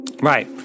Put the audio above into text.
Right